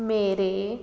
ਮੇਰੇ